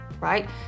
right